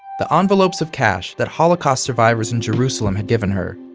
the envelopes of cash that holocaust survivors in jerusalem had given her,